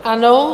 Ano.